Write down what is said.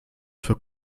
für